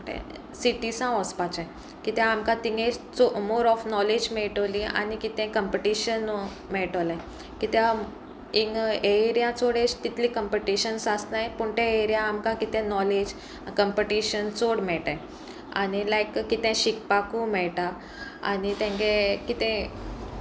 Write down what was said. सिटीसां वचपाचें कित्याक आमकां तिंगे मोर ऑफ नॉलेज मेळटली आनी कितें कम्पिटिशन मेळटलें कित्या इंग एरिया चोड ए तितले कंपिटिशन्स आसनाय पूण ते एरया आमकां कितें नॉलेज कम्पिटिशन चोड मेयटाय आनी लायक कितें शिकपाकूय मेळटा आनी तेंगे कितें